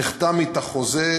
נחתם אתה חוזה,